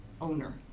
owner